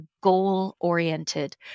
goal-oriented